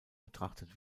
betrachtet